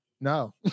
no